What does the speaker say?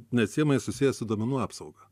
neatsiejamai susiję su duomenų apsauga